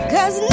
Cause